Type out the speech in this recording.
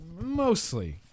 mostly